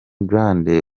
grande